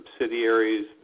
subsidiaries